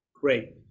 Great